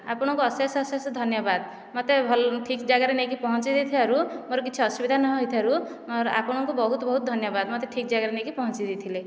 ଆପଣଙ୍କୁ ଅଶେଷ ଅଶେଷ ଧନ୍ୟବାଦ ମୋତେ ଭଲ୍ ଠିକ୍ ଜାଗାରେ ପହଞ୍ଚାଇ ଦେଇଥିବାରୁ ମୋର କିଛି ଅସୁବିଧା ନ ହୋଇଥିବାରୁ ମୋ'ର ଆପଣଙ୍କୁ ବହୁତ ବହୁତ ଧନ୍ୟବାଦ ମୋତେ ଠିକ୍ ଜାଗାକୁ ନେଇକି ପହଞ୍ଚେଇ ଦେଇଥିଲେ